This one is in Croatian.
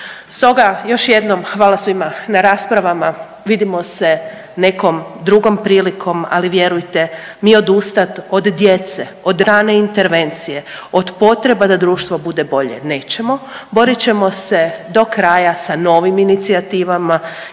Stoga još jednom hvala svima na raspravama, vidimo se nekom drugom prilikom, ali vjerujte mi odustati od djece, od rane intervencije, od potreba da društvo bude bolje nećemo. Borit ćemo se do kraja sa novim inicijativama